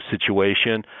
situation